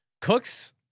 Cooks